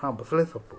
ಹಾಂ ಬಸಳೆ ಸೊಪ್ಪು